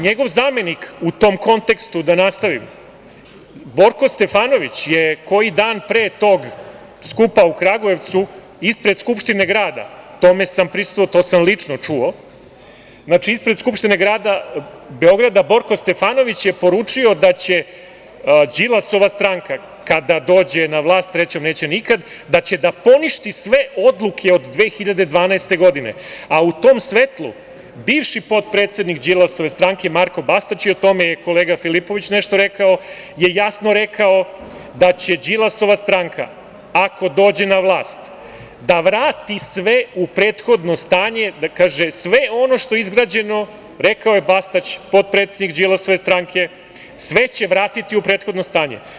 Njegov zamenik, u tom kontekstu da nastavim, Borko Stefanović je koji dan pre tog skupa u Kragujevcu, ispred Skupštine grada, tome sam prisustvao, to sam lično čuo, dakle, ispred Skupštine grada Beograda Borko Stefanović je poručio da će Đilasova stranka kada dođe na vlast, srećom neće nikad, da će da poništi sve odluke od 2012. godine, a u tom svetlu bivši potpredsednik Đilasove stranke Marko Bastać, o tome je kolega Filipović nešto rekao, je jasno rekao da će Đilasova stranka, ako dođe na vlast, da vrati sve u prethodno stanje, sve ono što je izgrađeno, rekao je Bastać, potpredsednik Đilasove stranke, sve će vratiti u prethodno stanje.